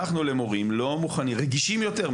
אנחנו למורים רגישים יותר.